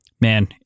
Man